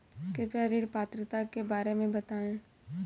कृपया ऋण पात्रता के बारे में बताएँ?